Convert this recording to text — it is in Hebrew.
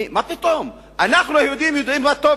מה פתאום?